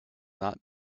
not